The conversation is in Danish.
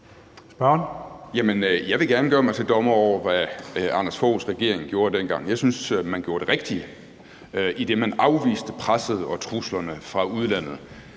jeg vil gerne gøre mig til dommer over, hvad Anders Fogh Rasmussens regering gjorde dengang. Jeg synes, man gjorde det rigtige, idet man afviste presset og truslerne fra udlandet.